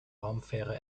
raumfähre